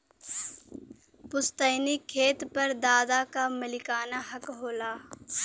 पुस्तैनी खेत पर दादा क मालिकाना हक होला